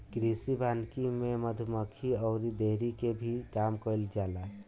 कृषि वानिकी में मधुमक्खी अउरी डेयरी के भी काम कईल जाला